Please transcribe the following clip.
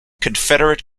confederate